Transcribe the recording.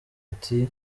ati